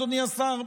אדוני השר?